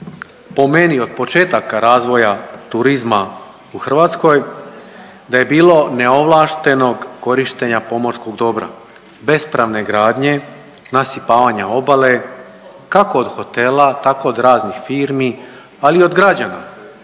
po meni od početaka razvoja turizma u Hrvatskoj da je bilo neovlaštenog korištenja pomorskog dobra, bespravne gradnje, nasipavanja obale kako od hotela tako od raznih firmi, ali i od građana,